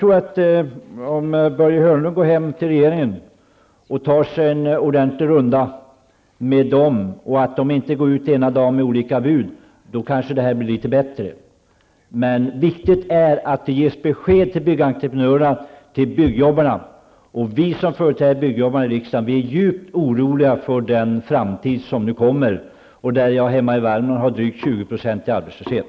Om Börje Hörnlund går hem till regeringen och tar en ordentlig runda med sina kolleger där, så att de inte går ut med olika bud, kanske det blir litet bättre. Men det är viktigt att det ges besked till byggentreprenörerna och till byggjobbarna. Vi som företräder byggjobbarna i riksdagen är djupt oroliga för framtiden. Hemma i Värmland är arbetslösheten drygt 20 %.